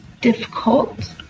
difficult